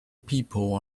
people